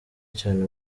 cyane